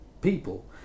people